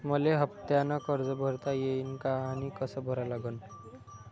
मले हफ्त्यानं कर्ज भरता येईन का आनी कस भरा लागन?